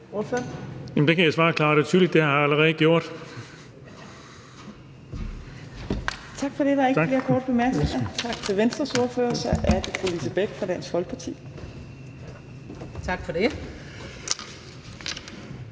Der kan jeg svare klart og tydeligt: Det har jeg allerede gjort. Kl.